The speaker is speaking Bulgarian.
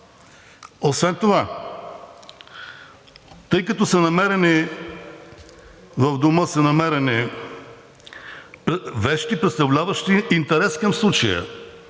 Освен това, тъй като в дома са намерени вещи, представляващи интерес към случая